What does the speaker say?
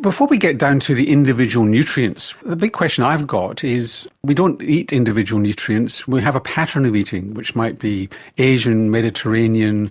before we get down to the individual nutrients, the big question i've got is we don't eat individual nutrients, we have a pattern of eating which might be asian, mediterranean